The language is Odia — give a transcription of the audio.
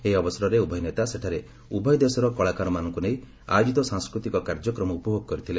ଏହି ଅବସରରେ ଉଭୟ ନେତା ସେଠାରେ ଉଭୟ ଦେଶର କଳାକାରମାନଙ୍କୁ ନେଇ ଆୟୋକିତ ସାଂସ୍କୃତିକ କାର୍ଯ୍ୟକ୍ରମ ଉପଭୋଗ କରିଥିଲେ